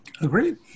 Agreed